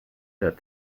der